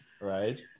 Right